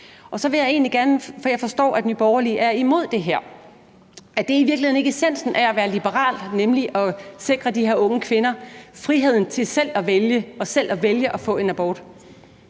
år kan vælge at få det. Jeg forstår, at Nye Borgerlige er imod det her, men er det i virkeligheden ikke essensen af at være liberal at sikre de her unge kvinder friheden til selv at vælge, om de vil have en abort?